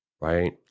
right